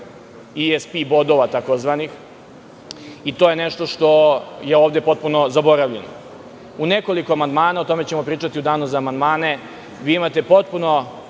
ESP bodova, i to je nešto što je ovde potpuno zaboravljeno.U nekoliko amandmana, o tome ćemo pričati u danu za amandmane, vi imate potpuno